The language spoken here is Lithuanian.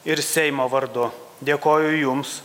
ir seimo vardu dėkoju jums